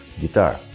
guitar